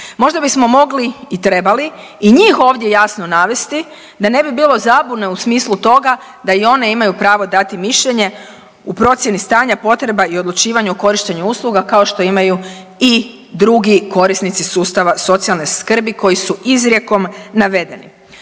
Možda bismo mogli i trebali i njih ovdje jasno navesti, da ne bi bilo zabune u smislu toga da i one imaju pravo dati mišljenje u procjeni stanja potreba i odlučivanje o korištenju usluga kao što imaju i drugi korisnici sustava socijalne skrbi koji su izrijekom navedeni.